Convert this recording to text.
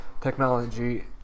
technology